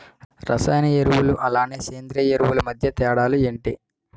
రసాయన ఎరువులు అలానే సేంద్రీయ ఎరువులు మధ్య తేడాలు ఏంటి?